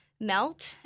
melt